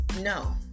no